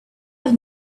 have